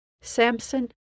Samson